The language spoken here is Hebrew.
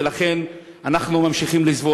ולכן אנחנו ממשיכים לסבול.